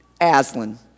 Aslan